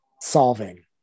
solving